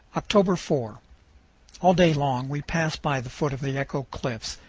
october four all day long we pass by the foot of the echo cliffs,